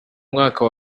mwaka